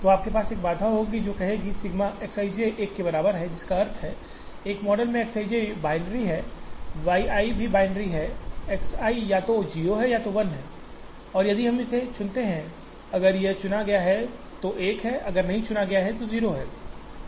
तो आपके पास एक बाधा होगी जो कहेगी सिग्मा X i j 1 के बराबर है जिसका अर्थ है इस मॉडल में X i j बियनरी है y i भी बियनरी है y i या तो 0 है या 1 है यदि हम इसे चुनते हैं अगर यह चुना गया है तो 1 है अगर इसे नहीं चुना गया तो यह 0 है